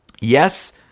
Yes